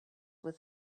with